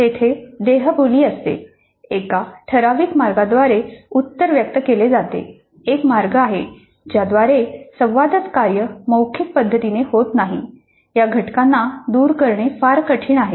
तेथे देहबोली असते एका ठराविक मार्गाद्वारे उत्तर व्यक्त केले जाते एक मार्ग आहे ज्याद्वारे संवादाचे कार्य मौखिक पद्धतीने होत नाही या घटकांना दूर करणे फार कठीण आहे